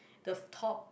the top